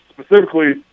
specifically